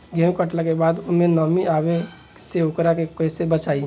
गेंहू कटला के बाद ओमे नमी आवे से ओकरा के कैसे बचाई?